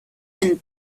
and